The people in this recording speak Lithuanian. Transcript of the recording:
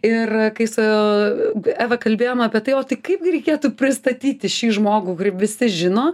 ir kai su eva kalbėjom apie tai o tai kaipgi reikėtų pristatyti šį žmogų kurį visi žino